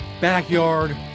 backyard